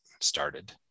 started